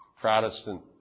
Protestant